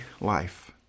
life